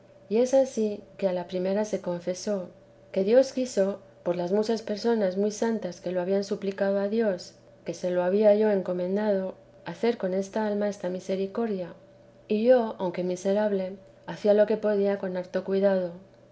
y es ansí que a la primera se confesó que quiso dios nuestro señor por las muchas personas muy santas que lo habían suplicado a dios que se lo había yo encomendado hacer con esta alma esta misericordia y yo aunque miserable hacía lo que podía con harto cuidado